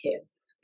kids